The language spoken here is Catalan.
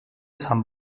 sant